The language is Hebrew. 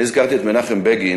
אני הזכרתי את מנחם בגין